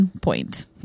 point